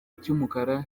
cy’umukara